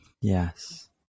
Yes